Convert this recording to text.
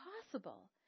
impossible